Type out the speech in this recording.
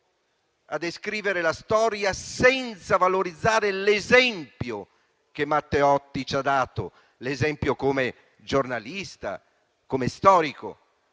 a descrivere la storia senza valorizzare l'esempio che Matteotti ci ha dato: l'esempio come giornalista, come storico,